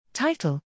Title